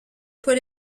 put